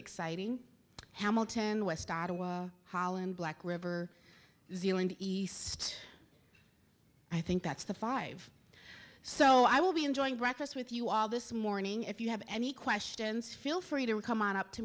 exciting hamilton west ottawa holland black river zealand east i think that's the five so i will be enjoying breakfast with you all this morning if you have any questions feel free to come on up to